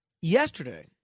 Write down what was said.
yesterday